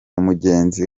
mugenzi